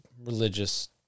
religious